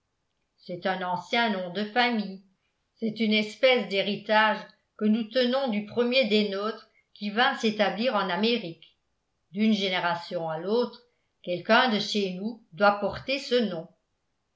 c'est un ancien nom de famille cest une espèce d'héritage que nous tenons du premier des nôtres qui vint s'établir en amérique d'une génération à l'autre quelqu'un de chez nous doit porter ce nom